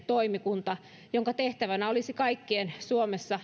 toimikunta jonka tehtävänä olisi kaikkien suomessa